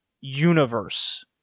universe